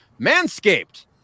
Manscaped